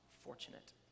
fortunate